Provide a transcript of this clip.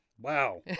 Wow